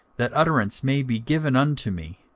that utterance may be given unto me,